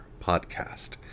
podcast